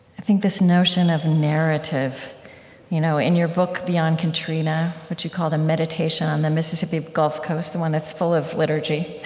i think this notion of narrative you know in your book beyond katrina, which you called a meditation on the mississippi gulf coast, the one that's full of liturgy,